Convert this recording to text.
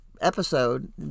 episode